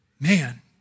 Man